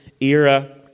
era